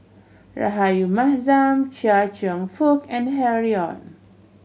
Rahayu Mahzam Chia Cheong Fook and Harry Ord